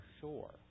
shore